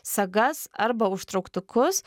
sagas arba užtrauktukus